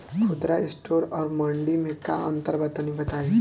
खुदरा स्टोर और मंडी में का अंतर बा तनी बताई?